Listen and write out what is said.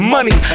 Money